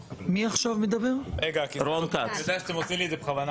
אני יודע שאתם עושים לי את זה בכוונה.